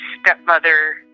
stepmother